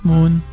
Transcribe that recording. Moon